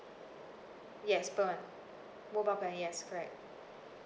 yes per month mobile plan yes correct